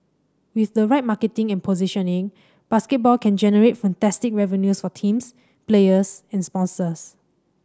with the right marketing and positioning basketball can generate fantastic revenues for teams players and sponsors